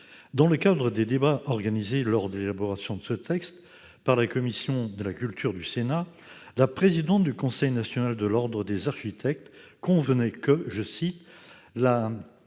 Dans le cadre des débats organisés lors de l'élaboration de ce texte par la commission de la culture du Sénat, la présidente du Conseil national de l'ordre des architectes convenait que « la